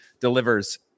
delivers